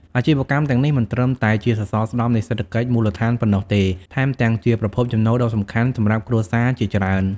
អាជីវកម្មទាំងនេះមិនត្រឹមតែជាសសរស្តម្ភនៃសេដ្ឋកិច្ចមូលដ្ឋានប៉ុណ្ណោះទេ ថែមទាំងជាប្រភពចំណូលដ៏សំខាន់សម្រាប់គ្រួសារជាច្រើន។